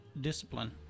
discipline